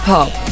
Pop